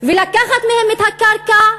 ולקחת מהם את הקרקע,